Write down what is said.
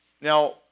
Now